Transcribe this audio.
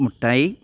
മിഠായി